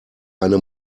eine